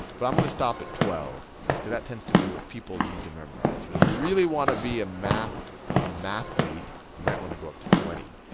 but i'm going to stop at twelve because that tends to be what people need to memorize. but if you really want to be a mathlete ah mathlete you want to go up to twenty.